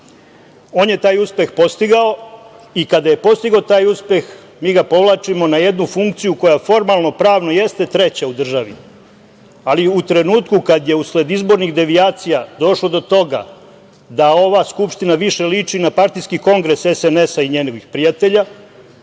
Kosova i Metohije. Kada je postigao taj uspeh mi ga povlačimo na jednu funkciju koja formalno-pravno jeste treća u državi, ali u trenutku kad je usled izbornih devijacija došlo do toga da ova Skupština više liči na partijski kongres SNS i njenih prijatelja,